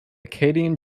acadian